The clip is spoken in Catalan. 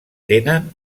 tenen